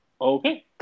Okay